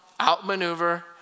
outmaneuver